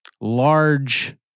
large